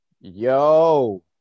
Yo